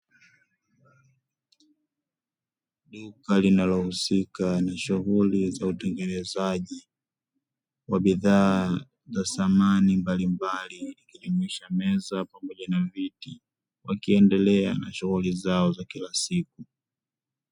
Duka linalohusika na shughuli za utengenezaji wa bidhaa za samani mbalimbali, ikijumuisha meza pamoja na viti, wakiendelea na shughuli zao za kila siku.